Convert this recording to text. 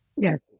Yes